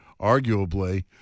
arguably